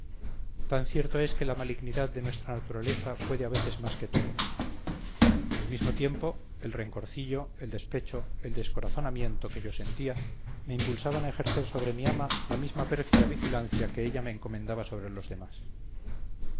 tan cierto es que la malignidad de nuestra naturaleza puede a veces más que todo al mismo tiempo el rencorcillo el despecho el descorazonamiento que yo sentía me impulsaban a ejercer sobre mi ama la misma pérfida vigilancia que ella me encomendaba sobre los demás